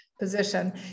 position